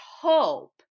hope